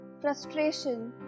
frustration